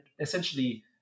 essentially